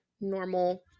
normal